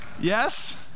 Yes